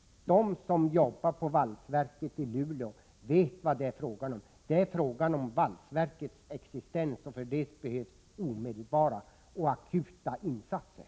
De som jobbar på valsverket i Luleå vet vad det är fråga om. Det handlar om valsverkets existens. För att trygga den behövs det omedelbara insatser.